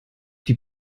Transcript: die